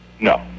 No